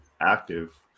active